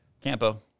Campo